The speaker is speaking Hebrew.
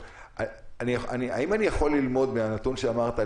האם אני יכול ללמוד מהנתון שאמרת,